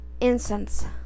incense